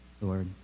Lord